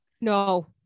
No